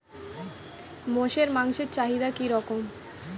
মোষের মাংসের চাহিদা কি রকম?